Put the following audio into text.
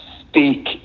speak